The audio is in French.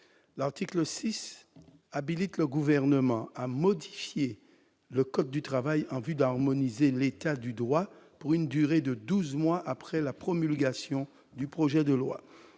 L'article 6 habilite le Gouvernement à modifier le code du travail en vue d'harmoniser l'état du droit pendant douze mois après la promulgation du présent projet de loi.